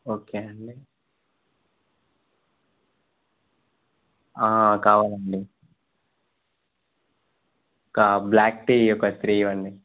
okay అండి కావాలండి black tea ఒక త్రీ ఇవ్వండి